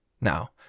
now